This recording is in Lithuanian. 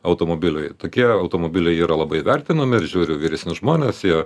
automobiliui tokie automobiliai yra labai vertinami ir žiūriu vyresni žmonės jie